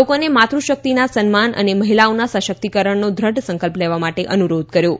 લોકોએ માતૃશક્તિના સન્માન અને મહિલાઓના સશક્તિકરણનો દ્રઢ સંકલ્પ લેવા માટે અનુરોધ કર્યો છે